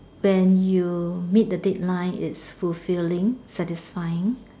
when you meet the deadline is fulfilling satisfying